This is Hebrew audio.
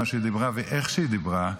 מה היא דיברה ואיך שהיא דיברה,